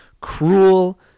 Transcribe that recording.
Cruel